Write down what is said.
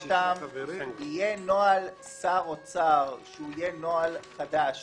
יהיה נוהל שר אוצר, שהוא יהיה נוהל חדש